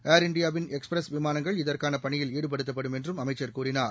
ஏர் இந்தியாவின் எக்ஸ்பிரஸ் விமானங்கள் இதற்கான பணியில் ஈடுபடுத்தப்படும் என்றும் அமைச்சர் கூறினார்